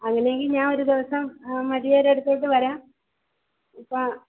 അങ്ങനെയെങ്കിൽ ഞാൻ ഒരു ദിവസം മരിയയുടെ അടുത്തോട്ട് വരാം ഇപ്പോൾ ആ